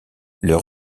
leur